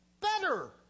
better